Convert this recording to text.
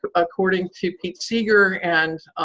but according to pete seeger and